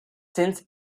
since